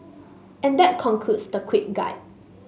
and that concludes the quick guide